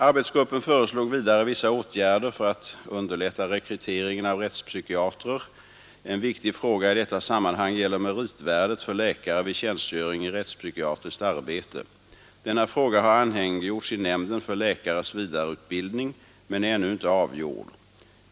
Arbetsgruppen föreslog vidare vissa åtgärder för att underlätta rekryteringen av rättspsykiatrer. En viktig fråga i detta sammanhang gäller meritvärdet för läkare vid tjänstgöring i rättspsykiatriskt arbete. Denna fråga har anhängiggjorts i nämnden för läkares vidareutbildning men är ännu inte avgjord.